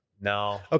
No